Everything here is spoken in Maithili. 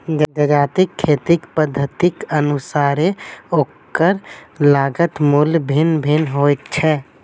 जजातिक खेती पद्धतिक अनुसारेँ ओकर लागत मूल्य भिन्न भिन्न होइत छै